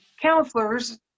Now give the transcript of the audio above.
counselors